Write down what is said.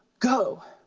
go.